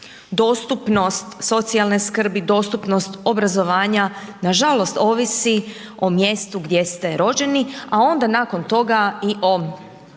Dostupnost, socijalne skrbi, dostupnost obrazovanja, nažalost, ovisi o mjestu gdje ste rođeni a onda nakon toga i o